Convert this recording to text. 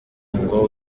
ngo